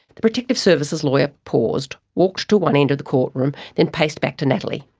the protective services lawyer paused, walked to one end of the courtroom, then paced back to natalie.